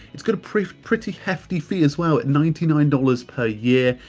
it's got a pretty pretty hefty fee as well at ninety nine dollars per year.